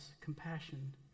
compassion